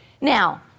Now